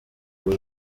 ubu